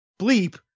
bleep